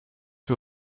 wir